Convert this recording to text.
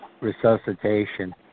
resuscitation